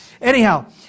anyhow